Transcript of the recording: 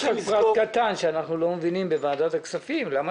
יש פרט קטן שאנחנו לא מביאים בוועדת הכספים למה